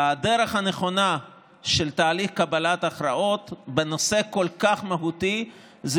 והדרך הנכונה של תהליך קבלת הכרעות בנושא כל כך מהותי זה